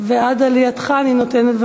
עד עלייתך אני נותנת,